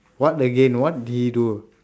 what again what did he do